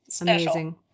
Amazing